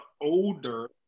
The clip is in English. older